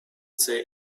say